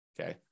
Okay